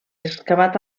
excavat